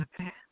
Okay